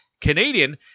Canadian